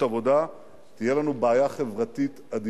מה עוד לא הפרטתם?